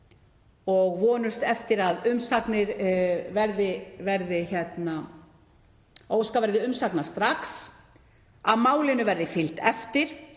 og vonumst eftir að umsagna verði óskað strax, að málinu verði fylgt eftir,